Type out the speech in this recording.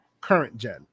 current-gen